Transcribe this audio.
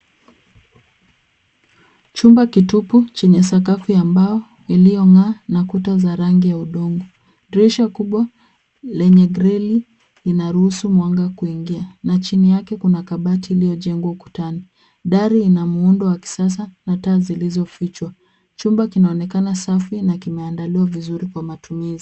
Chumba kitupu chenye sakafu ya mbao iliyong'aa na kuta za rangi ya udongo. Dirisha kubwa lenye greli linaruhusu mwanga kuingia na chini yake kuna kabati iliyojengwa ukatani. Dari ina muundo wa kisasa na taa zilizofichwa. Chumba kinaonekana safi na kimeandaliwa vizuri kwa matumizi.